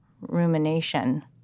rumination